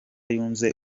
yunze